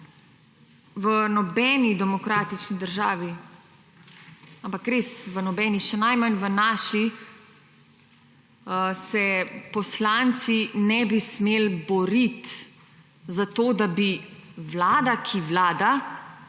V nobeni demokratični državi, ampak res, v nobeni, še najmanj v naši, se poslanci ne bi smel borit za to, da bi Vlada, ki vlada,